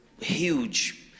huge